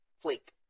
Flake